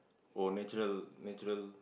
oh natural natural